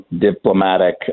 diplomatic